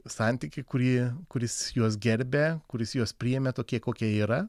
santykį kurį kuris juos gerbia kuris juos priėmė tokie kokie yra